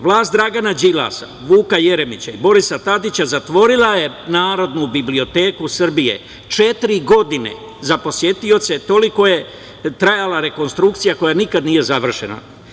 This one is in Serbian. Vlast Dragana Đilasa, Vuka Jeremića i Borisa Tadića zatvorila je Narodnu biblioteku Srbije, četiri godine za posetioce, toliko je trajala rekonstrukcija, koja nikada nije završena.